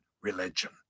religion